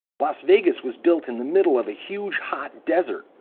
las vegas was built in the middle of a huge hot desert,